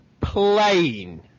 plane